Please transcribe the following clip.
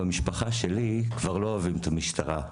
במשפחה שלי אנחנו כבר לא אוהבים את המשטרה.